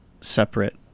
separate